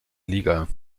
liga